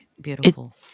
beautiful